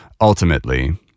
ultimately